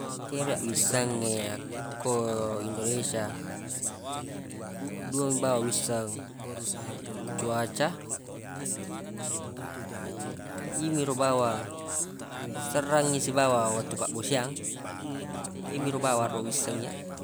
Yero iyyaq wissengnge akko indonesia dua mi bawang wisseng cuaca imiro bawang serrangngi sibawa wettu fabbosiang yemi ro bawang ro wisseng iyyaq